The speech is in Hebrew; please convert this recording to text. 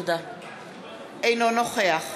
אינו נוכח